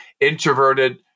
introverted